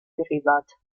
derivat